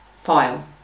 file